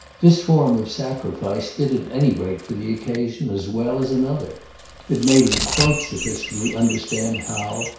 this form of sacrifice did at any rate for the occasion as well as another it made him quite sufficiently understand how,